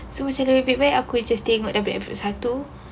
so macam dalam favourite aku macam tengok breakfast satu